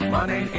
Money